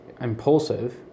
impulsive